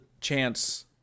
chance